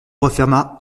referma